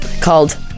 Called